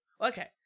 Okay